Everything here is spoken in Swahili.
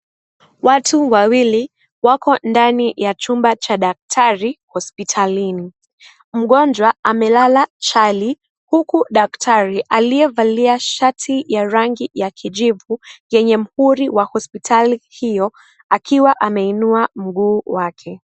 Watu wawili wako ndani ya chumba cha daktari hospitalini. mgonjwa amelala chali huku daktari aliyevalia sharti ya rangi ya kijivu yenye muhuri wa hospitali hiyo akiwa ameinua mguu wake .